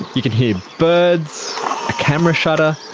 you can hear birds, a camera shutter.